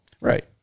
Right